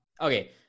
Okay